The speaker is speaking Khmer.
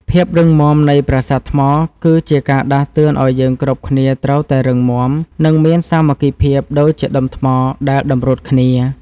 ភាពរឹងមាំនៃប្រាសាទថ្មគឺជាការដាស់តឿនឱ្យយើងគ្រប់គ្នាត្រូវតែរឹងមាំ និង មានសាមគ្គីភាពដូចជាដុំថ្មដែលតម្រួតគ្នា។